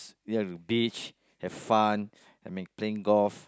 eat at the beach have fun and make playing golf